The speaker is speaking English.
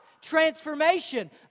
Transformation